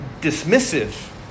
dismissive